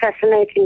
fascinating